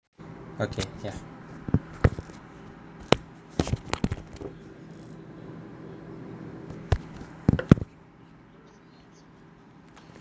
okay ya